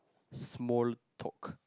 small talk